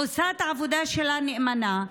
עושה את העבודה שלה נאמנה.